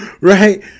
Right